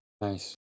Nice